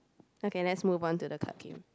okay let's move on to the card game